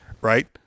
Right